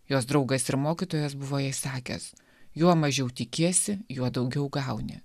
jos draugas ir mokytojas buvo jai sakęs juo mažiau tikiesi juo daugiau gauni